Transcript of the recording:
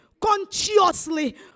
consciously